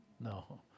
No